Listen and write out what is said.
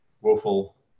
woeful